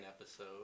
episode